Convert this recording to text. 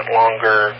longer